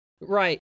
Right